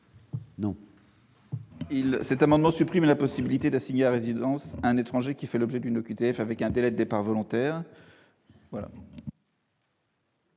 s'agit de supprimer la possibilité d'assigner à résidence un étranger qui fait l'objet d'une OQTF avec délai de départ volontaire.